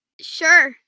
Sure